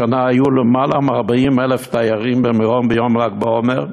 השנה היו למעלה מ-40,000 תיירים במירון ביום ל"ג בעומר,